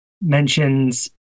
mentions